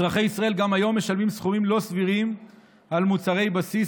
אזרחי ישראל גם היום משלמים סכומים לא סבירים על מוצרי בסיס.